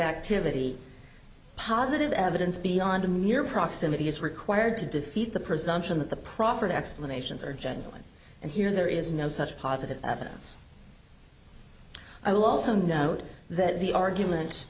activity positive evidence beyond a mere proximity is required to defeat the presumption that the proffered explanations are genuine and here there is no such positive evidence i will also note that the argument